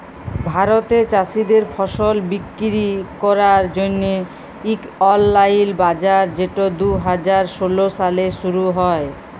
ভারতে চাষীদের ফসল বিক্কিরি ক্যরার জ্যনহে ইক অললাইল বাজার যেট দু হাজার ষোল সালে শুরু হ্যয়